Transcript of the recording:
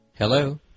Hello